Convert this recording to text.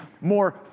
more